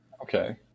Okay